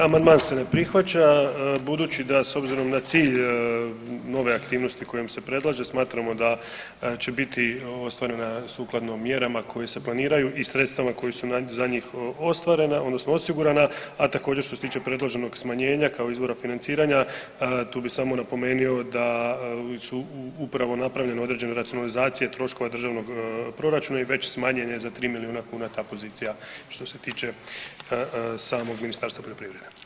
Amandman se ne prihvaća, budući da s obzirom na cilj nove aktivnosti kojom se predlaže smatramo da će biti ostvarena sukladno mjerama koje se planiraju i sredstvima koji su za njih ostvarena odnosno osigurana, a također što se tiče predloženog smanjenja kao izvora financiranja tu bi samo napomenuo da su upravo napravljene određene racionalizacije troškova državnog proračuna i već smanjene za 3 milijuna kuna ta pozicija što se tiče samog Ministarstva poljoprivrede.